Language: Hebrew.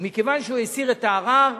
ומכיוון שהוא הסיר את הערר,